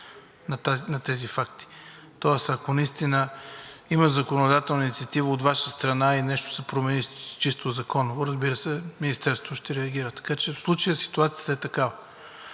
на тези факти. Тоест, ако наистина има законодателна инициатива от Ваша страна и нещо се промени чисто законово, разбира се, Министерството ще реагира. Така че в случая ситуацията е такава.